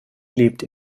lebt